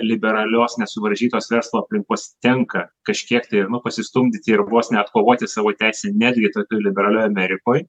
liberalios nesuvaržytos verslo aplinkos tenka kažkiek tai ir nu pasistumdyti ir vos ne kovoti savo teisę netgi tokioj liberalioj amerikoj